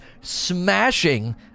smashing